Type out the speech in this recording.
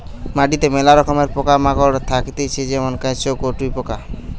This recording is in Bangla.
মাটিতে মেলা রকমের পোকা মাকড় থাকতিছে যেমন কেঁচো, কাটুই পোকা